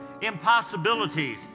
Impossibilities